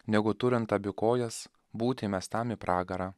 negu turint abi kojas būti įmestam į pragarą